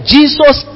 Jesus